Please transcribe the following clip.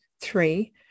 three